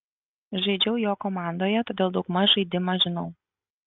žaidžiau jo komandoje todėl daug maž žaidimą žinau